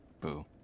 Boo